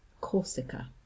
corsica